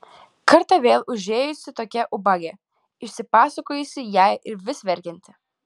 kartą vėl užėjusi tokia ubagė išsipasakojusi jai ir vis verkianti